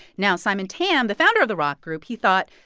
now, simon tam, the founder of the rock group he thought,